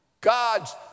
God's